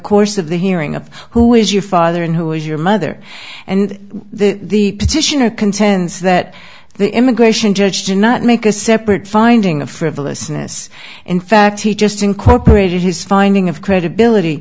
course of the hearing of who is your father and who is your mother and the petitioner contends that the immigration judge did not make a separate finding of frivolousness in fact he just incorporated his finding of credibility